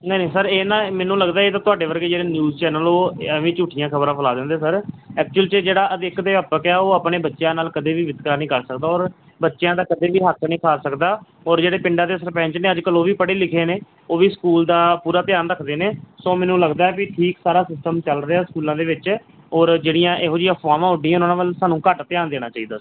ਨਹੀਂ ਨਹੀਂ ਸਰ ਇਹ ਨਾ ਮੈਨੂੰ ਲੱਗਦਾ ਇਹ ਤਾਂ ਤੁਹਾਡੇ ਵਰਗੇ ਜਿਹੜੇ ਨਿਊਜ਼ ਚੈਨਲ ਉਹ ਐਵੇਂ ਝੂਠੀਆਂ ਖ਼ਬਰਾਂ ਫੈਲਾ ਦਿੰਦੇ ਸਰ ਐਕਚੁਅਲ 'ਚ ਇਹ ਜਿਹੜਾ ਅਧਿਕ ਅਧਿਆਪਕ ਆ ਉਹ ਆਪਣੇ ਬੱਚਿਆਂ ਨਾਲ ਕਦੇ ਵੀ ਵਿਤਕਰਾ ਨਹੀਂ ਕਰ ਸਕਦਾ ਔਰ ਬੱਚਿਆਂ ਦਾ ਕਦੇ ਵੀ ਹੱਕ ਨਹੀਂ ਖਾ ਸਕਦਾ ਔਰ ਜਿਹੜੇ ਪਿੰਡਾਂ ਦੇ ਸਰਪੰਚ ਨੇ ਅੱਜ ਕੱਲ੍ਹ ਉਹ ਵੀ ਪੜ੍ਹੇ ਲਿਖੇ ਨੇ ਉਹ ਵੀ ਸਕੂਲ ਦਾ ਪੂਰਾ ਧਿਆਨ ਰੱਖਦੇ ਨੇ ਸੋ ਮੈਨੂੰ ਲੱਗਦਾ ਵੀ ਠੀਕ ਸਾਰਾ ਸਿਸਟਮ ਚੱਲ ਰਿਹਾ ਸਕੂਲਾਂ ਦੇ ਵਿੱਚ ਔਰ ਜਿਹੜੀਆਂ ਇਹੋ ਜਿਹੀਆਂ ਅਫਵਾਵਾਂ ਉੱਡੀਆਂ ਉਹਨਾਂ ਵੱਲ ਸਾਨੂੰ ਘੱਟ ਧਿਆਨ ਦੇਣਾ ਚਾਹੀਦਾ ਸਰ